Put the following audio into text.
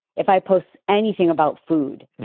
if i post anything about food,